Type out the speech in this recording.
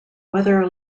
whether